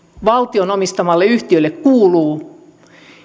valtion omistamalle yhtiölle kuuluu